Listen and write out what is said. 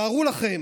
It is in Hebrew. תארו לכם